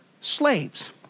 slaves